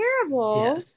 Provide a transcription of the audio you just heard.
terrible